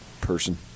Person